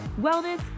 wellness